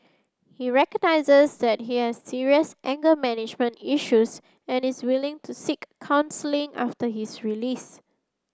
he recognises that he has serious anger management issues and is willing to seek counselling after his release